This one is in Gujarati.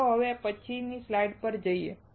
ચાલો હવે પછીની સ્લાઈડ પર જઈએ